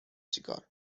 چیکار